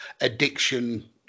addiction